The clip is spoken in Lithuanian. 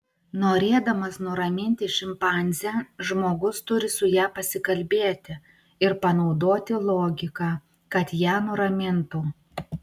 norėdamas nuraminti šimpanzę žmogus turi su ja pasikalbėti ir panaudoti logiką kad ją nuramintų